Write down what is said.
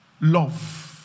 Love